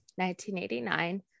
1989